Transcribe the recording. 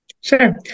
Sure